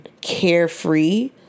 carefree